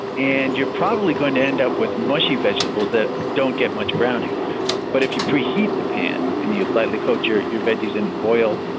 and you're probably going to end up with mushy vegetables that don't get much browning but if you preheat the pan and you lightly coat your your veggies in oil,